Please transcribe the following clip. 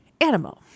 animal